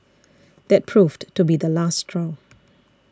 that proved to be the last straw